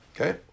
okay